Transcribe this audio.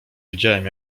widziałem